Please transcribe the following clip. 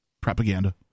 propaganda